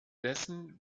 dessen